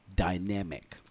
Dynamic